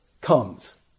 comes